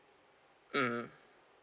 mm